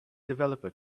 developer